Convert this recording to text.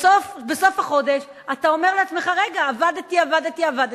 בסוף החודש אתה אומר לעצמך: רגע, עבדתי, עבדתי,